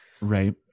Right